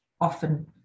often